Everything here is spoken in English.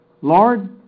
Lord